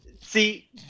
See